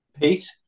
Pete